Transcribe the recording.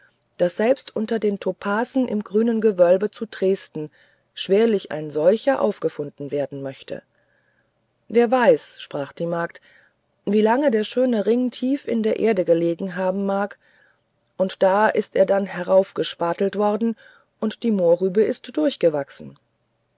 daß selbst unter den topasen im grünen gewölbe zu dresden schwerlich ein solcher aufgefunden werden möchte wer weiß sprach die magd wie lange der schöne ring tief in der erde gelegen haben mag und da ist er denn heraufgespatelt worden und die mohrrübe ist durchgewachsen